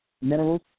minerals